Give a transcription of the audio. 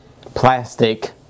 plastic